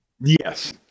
Yes